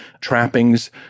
trappings